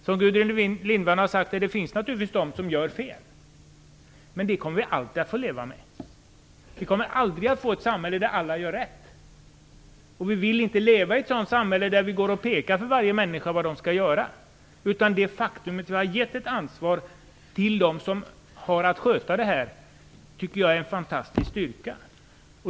Som Gudrun Lindvall sade finns det naturligtvis de som gör fel, men det kommer vi alltid att få leva med. Vi kommer aldrig att få ett samhälle där alla gör rätt. Vi vill inte leva i ett samhälle där vi pekar ut för varje människa vad han eller hon skall göra. Det faktum att vi har givit ett ansvar till dem som har att sköta detta tycker jag är en fantastisk styrka.